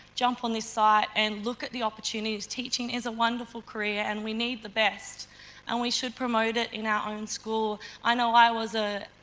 jump on this ah site and look at the opportunities, teaching is a wonderful career and we need the best and we should promote it in our own school. i know i was ah